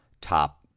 top